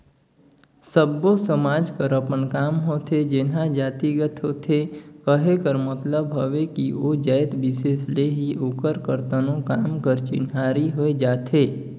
सब्बो समाज कर अपन काम होथे जेनहा जातिगत होथे कहे कर मतलब हवे कि ओ जाएत बिसेस ले ही ओकर करतनो काम कर चिन्हारी होए जाथे